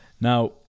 Now